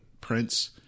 Prince